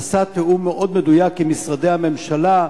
נעשה תיאום מאוד מדויק עם משרדי הממשלה,